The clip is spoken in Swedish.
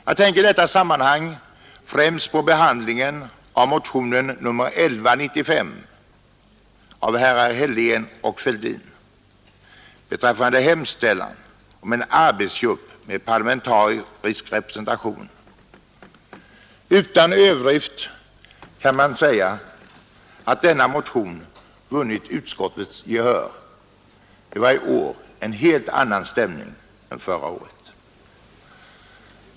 Jag tänker i detta sammanhang främst på behandlingen av motionen 1195 av herrar Helén och Fälldin beträffande hemställan om en arbetsgrupp med parlamentarisk representation. Utan överdrift kan man säga att denna motion vunnit utskottets gehör. Det var i år en helt annan stämning än förra året.